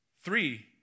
Three